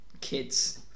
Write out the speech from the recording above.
kids